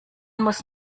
muss